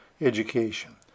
education